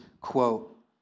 quote